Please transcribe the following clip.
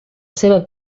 ceba